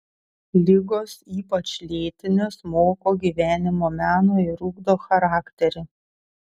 ligos ypač lėtinės moko gyvenimo meno ir ugdo charakterį